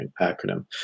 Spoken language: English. acronym